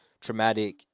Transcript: traumatic